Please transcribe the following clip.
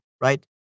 right